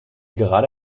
gerade